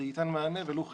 זה ייתן מענה, ולו חלקי.